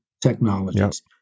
technologies